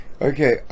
Okay